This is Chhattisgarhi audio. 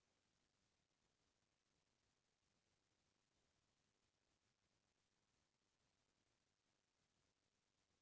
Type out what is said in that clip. सरकार ह अपन राज के अर्थबेवस्था ल बने राखे बर दारु के घलोक ऑनलाइन आरडर लेवत रहिस